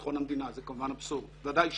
ביטחון המדינה זה כמובן אבסורד ודאי שלא.